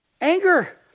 Anger